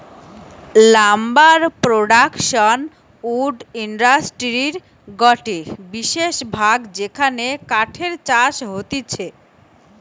lumber production wood ইন্ডাস্ট্রির গটে বিশেষ ভাগ যেখানে কাঠের চাষ হতিছে